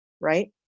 right